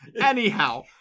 anyhow